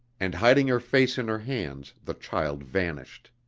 and hiding her face in her hands the child vanished.